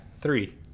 three